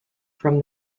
from